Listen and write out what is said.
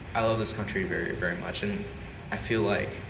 i love this country very, very much and i feel like,